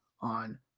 on